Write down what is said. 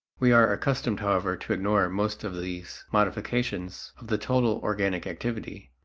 we are accustomed however to ignore most of these modifications of the total organic activity,